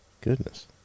Goodness